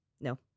no